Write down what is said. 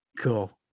Cool